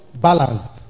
balanced